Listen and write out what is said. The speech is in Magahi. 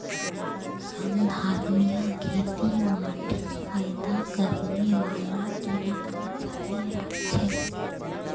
संधारणीय खेती माटीत फयदा करने बाला कीड़ाक बचाए राखछेक